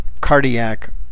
cardiac